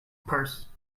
purse